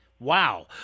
Wow